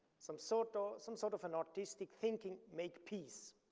some sort of some sort of an artistic thinking, make peace.